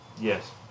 Yes